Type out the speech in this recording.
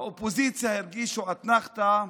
באופוזיציה הרגישו אתנחתה.